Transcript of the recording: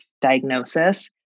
diagnosis